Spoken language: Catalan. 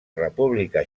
república